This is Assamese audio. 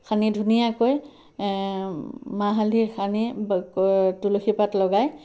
সানি ধুনীয়াকৈ মাহ হালধি সানি তুলসী পাত লগাই